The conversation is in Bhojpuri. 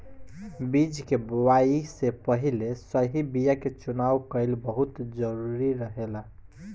बीज के बोआई से पहिले सही बीया के चुनाव कईल बहुत जरूरी रहेला